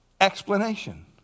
explanation